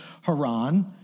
Haran